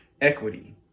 equity